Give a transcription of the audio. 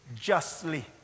Justly